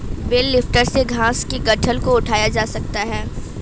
bell lifter से घास के गट्ठल को उठाया जा सकता है